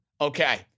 Okay